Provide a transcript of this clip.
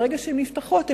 כשהן נפתחות,